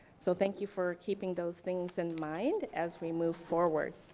so thank you for keeping those things in mind as we move forward.